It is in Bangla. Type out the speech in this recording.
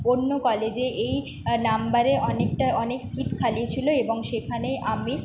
অন্য কলেজে এই নাম্বারে অনেকটা অনেক সিট খালি ছিলো এবং সেখানেই আমি